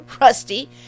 Rusty